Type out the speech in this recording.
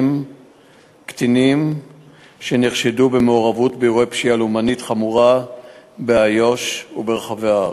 קטינים שנחשדו במעורבות באירועי פשיעה לאומנית חמורה באיו"ש וברחבי הארץ.